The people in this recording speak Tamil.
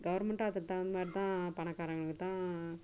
கவர்மெண்ட்டும் அதுக்குத் தகுந்த மாதிரி தான் பணக்காரங்களுக்கு தான்